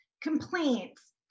complaints